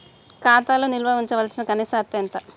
ఖాతా లో నిల్వుంచవలసిన కనీస అత్తే ఎంత?